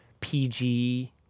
PG